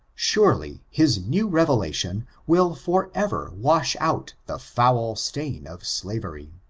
surely his new revelation will for ever wash out the foul stain of slavery.